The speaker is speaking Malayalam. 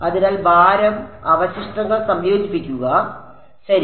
അതിനാൽ ഭാരം അവശിഷ്ടങ്ങൾ സംയോജിപ്പിക്കുക ശരി